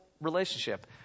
relationship